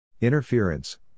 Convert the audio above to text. Interference